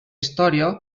història